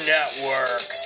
Network